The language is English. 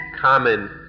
common